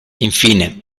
infine